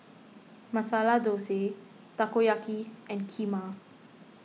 Masala Dosa Takoyaki and Kheema